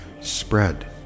spread